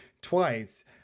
twice